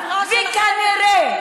וכנראה,